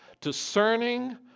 discerning